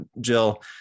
Jill